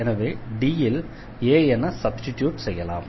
எனவே D ல் a என சப்ஸ்டிட்யூட் செய்யலாம்